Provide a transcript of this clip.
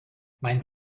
mein